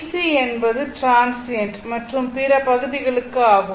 C என்பது transient மற்றும் பிற பகுதிகளுக்கு ஆகும்